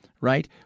right